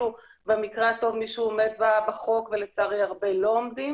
שבמקרה הטוב מישהו עומד בחוק ולצערי הרבה לא עומדים